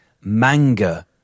manga